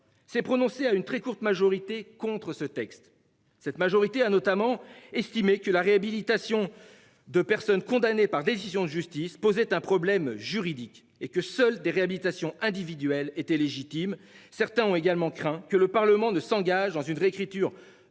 s'est prononcé à une très courte majorité contre ce texte, cette majorité a notamment estimé que la réhabilitation. De personnes condamnées par décision de justice posait un problème juridique et que seuls des réhabilitations individuelles était légitime. Certains ont également craint que le Parlement ne s'engage dans une réécriture